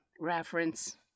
Reference